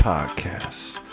Podcasts